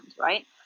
right